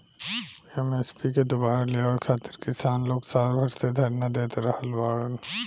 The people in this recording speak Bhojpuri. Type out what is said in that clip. एम.एस.पी के दुबारा लियावे खातिर किसान लोग साल भर से धरना देत आ रहल बाड़न